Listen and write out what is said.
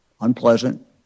unpleasant